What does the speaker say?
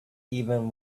even